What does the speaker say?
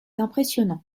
impressionnant